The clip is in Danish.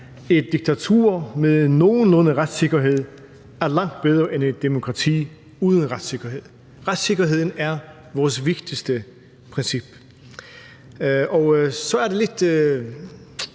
et diktatur med nogenlunde retssikkerhed er langt bedre end et demokrati uden retssikkerhed. Retssikkerheden er vores vigtigste princip. Og så er det lidt